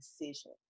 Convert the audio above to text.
decision